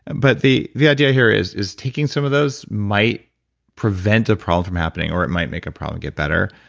but the the idea here is is taking some of those might prevent a problem from happening, or it might make a problem get better.